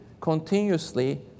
continuously